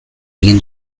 egin